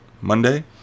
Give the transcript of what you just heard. monday